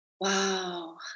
Wow